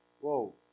Whoa